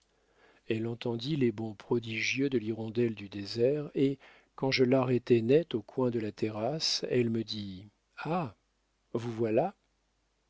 elle entendit les bonds prodigieux de l'hirondelle du désert et quand je l'arrêtai net au coin de la terrasse elle me dit ah vous voilà